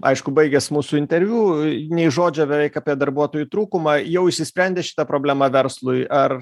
aišku baigias mūsų interviu nei žodžio beveik apie darbuotojų trūkumą jau išsisprendė šita problema verslui ar